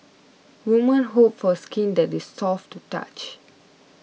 women hope for skin that is soft to the touch